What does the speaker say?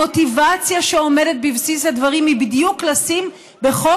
המוטיבציה שעומדת בבסיס הדברים היא בדיוק לשים בחוק